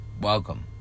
Welcome